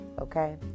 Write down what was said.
okay